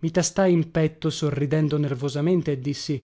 i tastai in petto sorridendo nervosamente e dissi